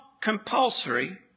compulsory